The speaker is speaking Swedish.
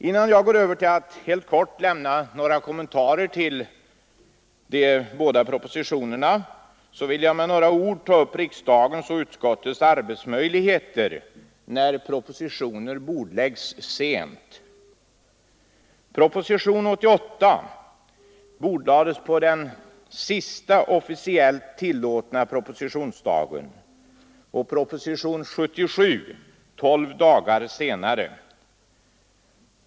Innan jag går Över till att helt kort göra några kommentarer till de båda propositionerna vill jag med några ord ta upp riksdagens och utskottets arbetsmöjligheter när propositioner avlämnas sent. Propositionen 88 bordlades på den sista officiellt tillåtna propositionsdagen, och propositionen 77 tolv dagar senare.